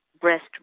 breast